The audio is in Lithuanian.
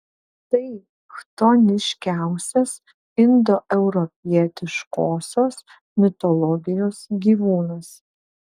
tai chtoniškiausias indoeuropietiškosios mitologijos gyvūnas